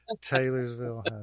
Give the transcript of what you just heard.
Taylorsville